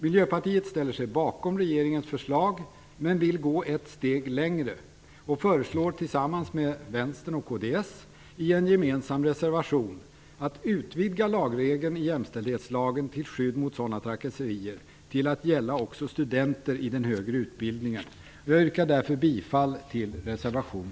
Miljöpartiet ställer sig bakom regeringens förslag men vill gå ett steg längre och föreslår tillsammans med Vänstern och kds i en gemensam reservation att man utvidgar lagregeln i jämställdhetslagen till skydd mot sådana trakasserier till att gälla också studenter i den högre utbildningen. Jag yrkar därför bifall till reservation